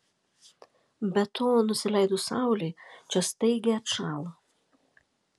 be to nusileidus saulei čia staigiai atšąla